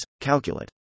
calculate